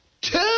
two